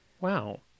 Wow